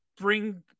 bring